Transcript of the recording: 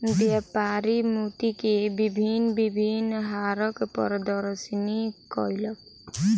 व्यापारी मोती के भिन्न भिन्न हारक प्रदर्शनी कयलक